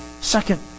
Second